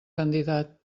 candidat